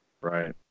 right